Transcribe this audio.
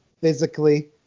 physically